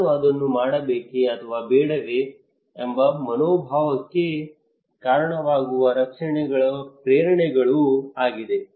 ನಾನು ಅದನ್ನು ಮಾಡಬೇಕೆ ಅಥವಾ ಬೇಡವೇ ಎಂಬ ಮನೋಭಾವಕ್ಕೆ ಕಾರಣವಾಗುವ ರಕ್ಷಣೆಯ ಪ್ರೇರಣೆಗಳು ಆಗಿದೆ